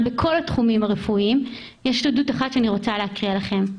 בכל התחומים הרפואיים יש עדות אחת שאני רוצה להקריא לכם.